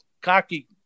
cocky